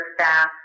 staff